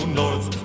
north